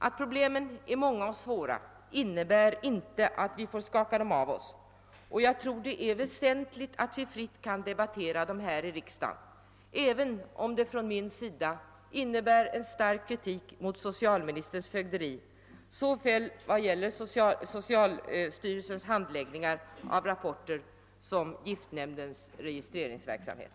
Att problemen är många och svåra innebär inte att vi får skaka dem av oss, och jag tror det är väsentligt att vi fritt kan debattera dem här i riksdagen, även om det från min sida innebär en stark kritik mot socialministerns fögderi vad gäller såväl socialstyrelsens handläggning av rapporter som giftnämndens registreringsverksamhet.